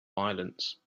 violence